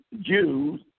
Jews